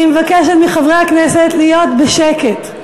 אני מבקשת מחברי הכנסת להיות בשקט.